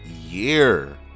year